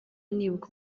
nibuka